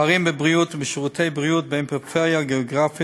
פערים בבריאות ובשירותי בריאות בין פריפריה גיאוגרפית